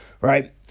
right